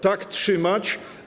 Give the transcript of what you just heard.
Tak trzymać.